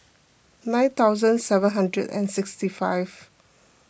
nine thousand seven hundred and sixty five